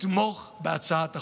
לתמוך בהצעת החוק.